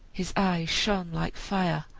his eyes shone like fire,